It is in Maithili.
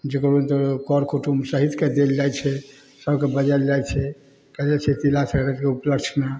जकरो ने तकरो कर कुटुम्बके सहितके देल जाइ छै सभके बजाएल जाइ छै कएल जाइ छै तिला सङ्क्रातिके उपलक्षमे